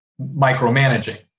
micromanaging